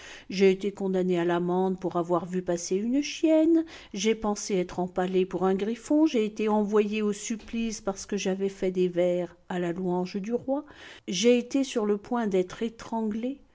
j'ai été condamné à l'amende pour avoir vu passer une chienne j'ai pensé être empalé pour un griffon j'ai été envoyé au supplice parceque j'avais fait des vers à la louange du roi j'ai été sur le point d'être étranglé